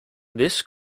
this